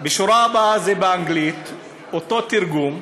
השורה הבאה היא באנגלית אותו תרגום,